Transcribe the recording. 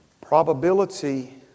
Probability